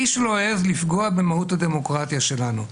איש לא העז לפגוע במהות הדמוקרטיה שלנו,